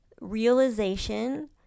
realization